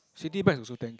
Citibank also ten K